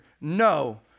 no